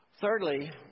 Thirdly